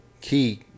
key